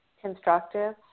constructive